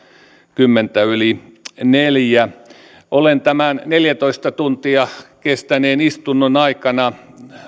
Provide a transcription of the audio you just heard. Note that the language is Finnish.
kymmentä yli neljä olen tämän neljätoista tuntia kestäneen istunnon aikana